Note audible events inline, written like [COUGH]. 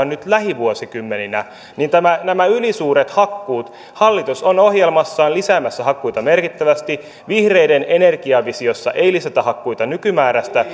[UNINTELLIGIBLE] nyt lähivuosikymmeninä nämä ylisuuret hakkuut hallitus on ohjelmassaan lisäämässä hakkuita merkittävästi vihreiden energiavisiossa ei lisätä hakkuita nykymäärästä [UNINTELLIGIBLE]